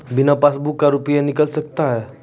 बिना पासबुक का रुपये निकल सकता हैं?